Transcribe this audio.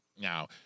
Now